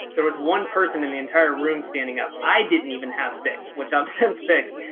there was one person in the entire room standing up, i didn't even have six, which i'm since fixed.